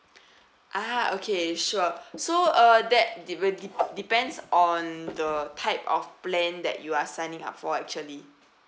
ah okay sure so uh that depe~ de~ depends on the type of plan that you are signing up for actually